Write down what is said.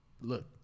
look